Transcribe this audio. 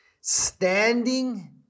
standing